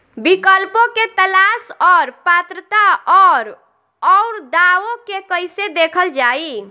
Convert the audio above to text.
विकल्पों के तलाश और पात्रता और अउरदावों के कइसे देखल जाइ?